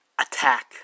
attack